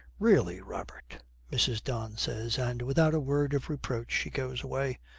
really, robert mrs. don says, and, without a word of reproach, she goes away.